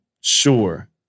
sure